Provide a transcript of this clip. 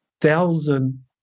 thousand